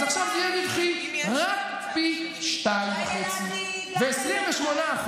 אז עכשיו זה יהיה רווחי רק פי 2.5. ו-28%